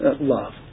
love